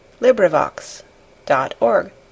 LibriVox.org